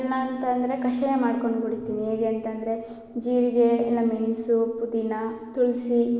ದಿನಾ ಅಂತಂದರೆ ಕಷಾಯ ಮಾಡ್ಕೊಂಡು ಕುಡಿತೀನಿ ಹೇಗೆ ಅಂತಂದರೆ ಜೀರಿಗೆ ಇಲ್ಲ ಮೆಣಸು ಪುದೀನ ತುಳಿಸಿ